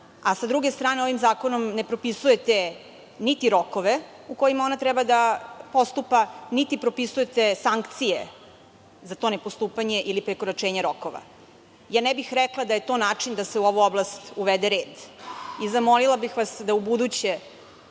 Sa druge strane, ovim zakonom ne propisujete niti rokove u kojima ona treba da postupa, niti propisujete sankcije za to ne postupanje ili prekoračenje rokova. Ne bih rekla da je to način da se u ovu oblast uvede red. Zamolila bih vas da u buduće